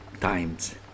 times